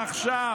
עכשיו,